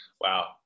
Wow